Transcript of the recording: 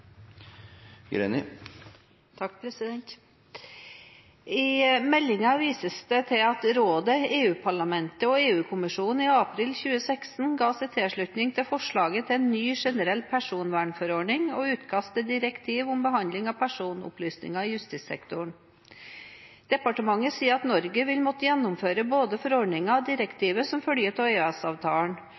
I meldingen vises det til at rådet, EU-parlamentet og EU-kommisjonen i april 2016 ga sin tilslutning til forslaget til ny, generell personvernforordning og utkast til direktiv om behandling av personopplysninger i justissektoren. Departementet sier at Norge vil måtte gjennomføre både forordningen og direktivet som følge av